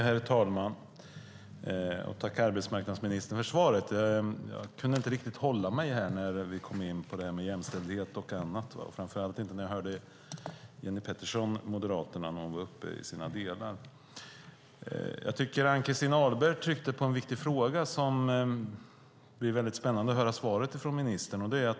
Herr talman! Jag tackar arbetsmarknadsministern för svaret. Jag kunde inte riktigt hålla mig när vi kom in på jämställdhet och annat, framför allt inte när jag hörde Moderaternas Jenny Petersson. Ann-Christin Ahlberg tryckte på en viktig fråga som det ska bli spännande att höra ministerns svar på.